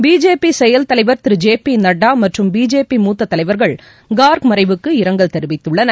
BJP செயல்தலைவர் திரு J P Nadda மற்றும் பிஜேபி மூத்த தலைவர்கள் கார்க் மறைவுக்கு இரங்கல் தெரிவித்துள்ளனர்